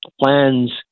plans